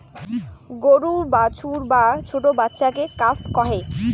গরুর বাছুর বা ছোট্ট বাচ্চাকে কাফ কহে